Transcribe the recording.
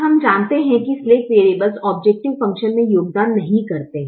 अब हम जानते हैं कि स्लैक वेरीयबलस औब्जैकटिव फंकशन में योगदान नहीं करते हैं